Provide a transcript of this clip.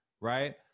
right